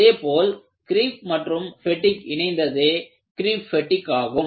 அதை போல் கிரீப் மற்றும் பெட்டிக் fatigue இணைந்ததே கிரீப் பெட்டிக் ஆகும்